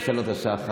לפני עלות השחר,